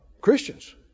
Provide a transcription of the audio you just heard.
Christians